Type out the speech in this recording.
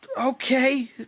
Okay